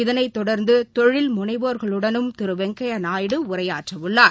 இதனைத் தொடர்ந்து தொழில் முனைவோர்களுடனும் திரு வெங்கையா நாயுடு உரையாற்றவுள்ளார்